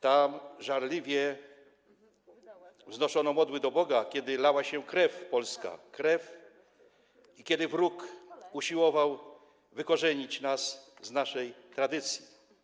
Tam żarliwie wznoszono modły do Boga, kiedy lała się polska krew i kiedy wróg usiłował wykorzenić nas z naszej tradycji.